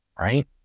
right